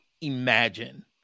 imagine